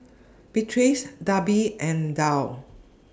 Beatrix Darby and Tal